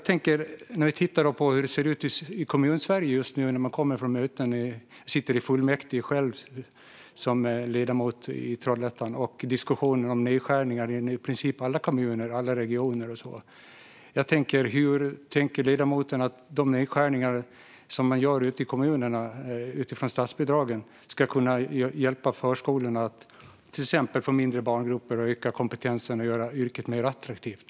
När det gäller hur det ser ut i Kommunsverige just nu - jag är själv ledamot i fullmäktige i Trollhättan - diskuteras nedskärningar i så gott som alla kommuner och regioner. Hur tänker ledamoten att nedskärningarna som görs i kommunerna utifrån statsbidragen ska hjälpa förskolorna att till exempel minska barngrupperna, öka kompetensen och göra yrket mer attraktivt?